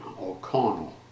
O'Connell